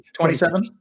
27